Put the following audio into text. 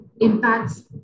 Impacts